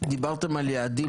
דיברתם על יעדים